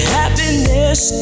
Happiness